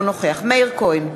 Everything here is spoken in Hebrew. אינו נוכח מאיר כהן,